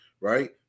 right